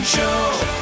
Show